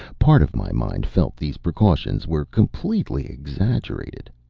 part of my mind felt these precautions were completely exaggerated.